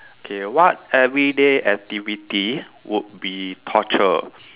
okay what everyday activity would be torture